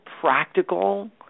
practical